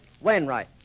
Wainwright